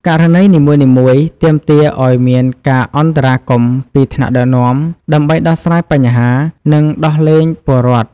ករណីនីមួយៗទាមទារឱ្យមានការអន្តរាគមន៍ពីថ្នាក់ដឹកនាំ ដើម្បីដោះស្រាយបញ្ហា និងដោះលែងពលរដ្ឋ។